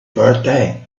birthday